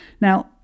Now